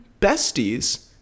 besties